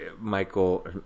Michael